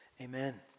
Amen